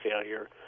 failure